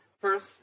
first